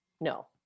No